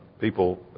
people